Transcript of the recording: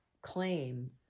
claim